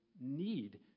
need